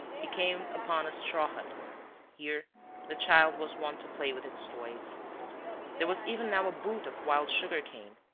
he came upon a straw hut here the child was wont to play with its toys there was even now a boot of wild sugar-cane.